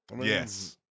Yes